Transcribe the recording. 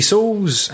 Souls